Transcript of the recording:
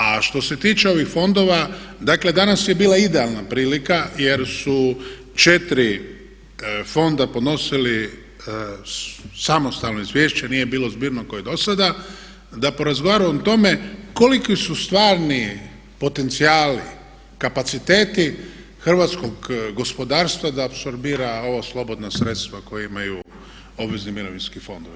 A što se tiče ovih fondova, dakle danas je bila idealna prilika jer su četiri fonda podnosila samostalno izvješće nije bilo zbirno kao i dosada da porazgovaramo o tome koliki s stvarni potencijali, kapaciteti hrvatskog gospodarstva da apsorbira ova slobodna sredstva koja imaju obvezni mirovinski fondovi.